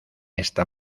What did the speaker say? esta